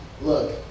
look